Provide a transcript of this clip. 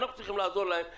אנחנו צריכים לעזור להם להבין.